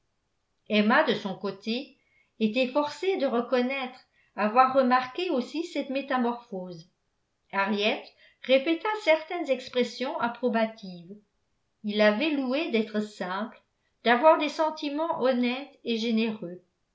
emma de son côté était forcée de reconnaître avoir remarqué aussi cette métamorphose henriette répéta certaines expressions approbatives il l'avait louée d'être simple d'avoir des sentiments honnêtes et généreux